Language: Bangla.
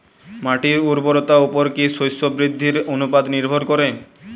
মাটির উর্বরতার উপর কী শস্য বৃদ্ধির অনুপাত নির্ভর করে?